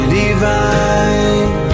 divine